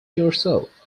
yourself